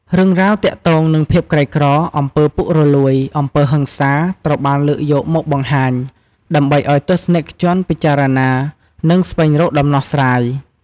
រឿងរ៉ាវទាក់ទងនឹងភាពក្រីក្រ អំពើពុករលួយ អំពើហិង្សា ត្រូវបានលើកយកមកបង្ហាញ ដើម្បីឱ្យទស្សនិកជនពិចារណា និងស្វែងរកដំណោះស្រាយ ។